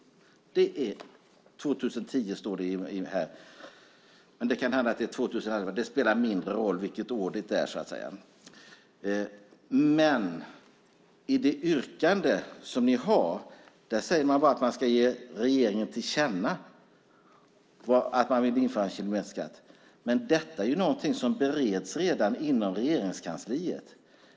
År 2010 står det här, men det kan hända att det är 2011; det spelar mindre roll vilket år det är. Men i det yrkande som ni har säger man bara att man ska ge regeringen till känna att man vill införa en kilometerskatt. Men detta är någonting som redan bereds inom Regeringskansliet.